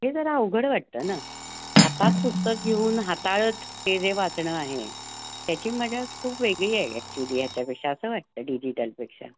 हे जरा अवघड वाटतं ना हातात पुस्तक घेऊन हाताळत ते जे वाचणं आहे त्याची मजाच खूप वेगळी आहे ॲक्चुअली ह्याच्यापेक्षा असं वाटतं डिजिटलपेक्षा